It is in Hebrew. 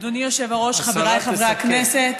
אדוני היושב-ראש, חבריי חברי הכנסת,